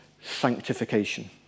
sanctification